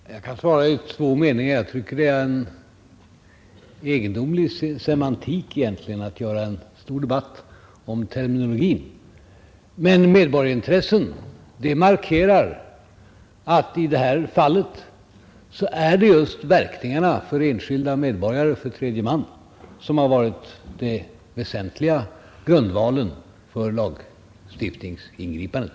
Herr talman! Jag kan svara med två meningar. Jag tycker det är en egendomlig semantik att göra en stor debatt om terminologin. Men ”medborgarintressen” markerar att det i detta fall är just verkningarna för enskilda medborgare — tredje man — som har varit den väsentliga grundvalen för lagstiftningsingripandet.